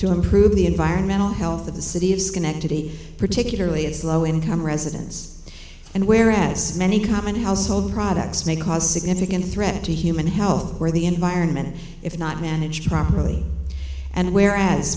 to improve the environmental health of the city of schenectady particularly its low income residents and where as many common household products may cause significant threat to human health or the environment if not managed properly and where as